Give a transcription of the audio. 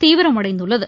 தீவிரமடைந்துள்ளது